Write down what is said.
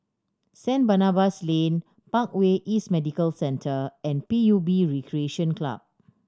Saint Barnabas Lane Parkway East Medical Centre and P U B Recreation Club